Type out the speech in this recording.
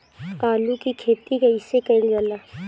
आलू की खेती कइसे कइल जाला?